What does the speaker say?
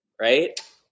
right